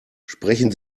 sprechen